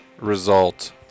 result